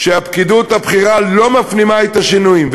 שהפקידות הבכירה לא מפנימה את השינויים.